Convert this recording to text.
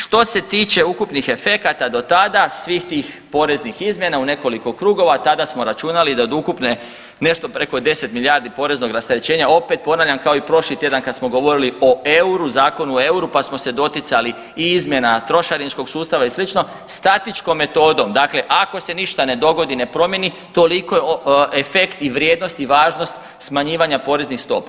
Što se tiče ukupnih efekata do tada, svih tih poreznih izmjena u nekoliko krugova tada smo računali da od ukupne nešto preko 10 milijardi poreznog rasterećenja, opet ponavljam kao i prošli tjedan kad smo govorili euru, Zakon o euru pa smo se doticali i izmjena trošarinskog sustava i slično, statičkom metodom, dakle ako se ništa ne dogodi, ne promijeni toliko efekt i vrijednost i važnost smanjivanja poreznih stopa.